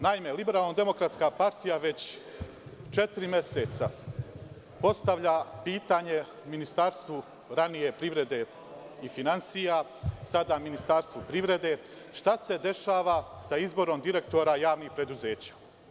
Naime, LDP već četiri meseca postavlja pitanje Ministarstvu, ranije, privrede i finansija, sada Ministarstvu privrede – šta se dešava sa izborom direktora javnih preduzeća?